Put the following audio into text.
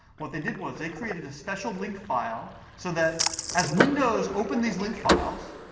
what they did was they created a special link file so that as windows opened these link files,